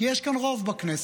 כי יש כאן רוב בכנסת.